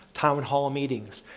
town and hall meetings.